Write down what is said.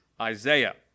Isaiah